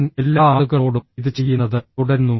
അവൻ എല്ലാ ആളുകളോടും ഇത് ചെയ്യുന്നത് തുടരുന്നു